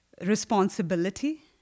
responsibility